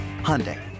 Hyundai